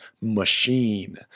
machine